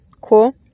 Cool